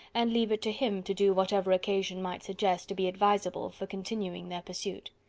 and leave it to him to do whatever occasion might suggest to be advisable for continuing their pursuit.